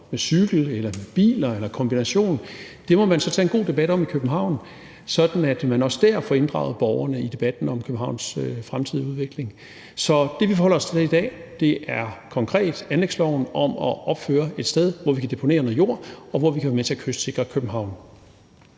metro, cykel, bil eller en kombination, må man tage en god debat om i København, sådan at man også dér får inddraget borgerne i debatten om Københavns fremtidige udvikling. Så det, vi forholder os til i dag, er konkret anlægsloven i forhold til at opføre et sted, hvor vi kan deponere noget jord, og hvor vi kan være med til at kystsikre København.